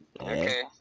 okay